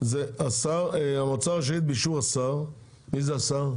זה השר, המועצה רשאית באישור השר, מי זה השר?